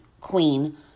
queen